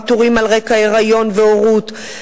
פיטורים על רקע היריון והורות,